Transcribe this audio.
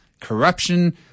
corruption